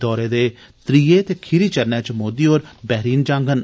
दौरे दे त्रीए ते खीरी चरणै च मोदी होर बैहरीन जागंन